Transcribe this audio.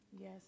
Yes